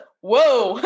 whoa